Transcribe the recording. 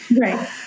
Right